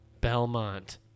Belmont